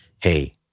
Hey